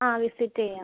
ആ വിസിറ്റ് ചെയ്യാം